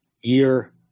year